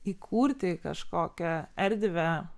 įkurti kažkokią erdvę